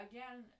Again